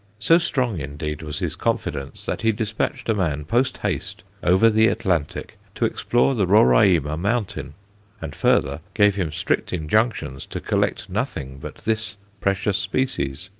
so strong indeed was his confidence that he despatched a man post-haste over the atlantic to explore the roraima mountain and, further, gave him strict injunctions to collect nothing but this precious species.